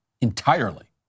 entirely